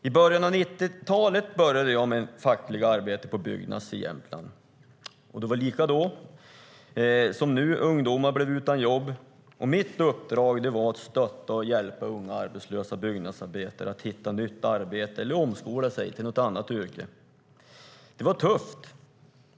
I början av 90-talet började jag mitt fackliga arbete på Byggnads i Jämtland, och det var lika då. Ungdomar blev utan jobb, och mitt uppdrag var att stötta och hjälpa unga arbetslösa byggnadsarbetare att hitta nytt arbete eller omskola sig till något annat yrke. Det var tufft.